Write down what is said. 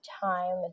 time